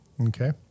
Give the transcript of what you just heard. Okay